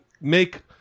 make